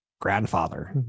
grandfather